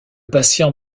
patient